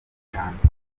hanze